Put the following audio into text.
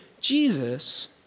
Jesus